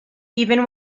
even